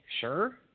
sure